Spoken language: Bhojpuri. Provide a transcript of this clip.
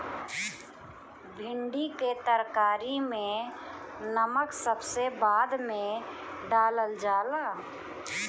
भिन्डी के तरकारी में नमक सबसे बाद में डालल जाला